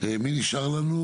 מהעניין.